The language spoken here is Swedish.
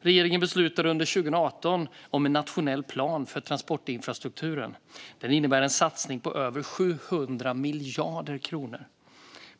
Regeringen beslutade under 2018 om en nationell plan för transportinfrastrukturen som innebär en satsning på över 700 miljarder kronor.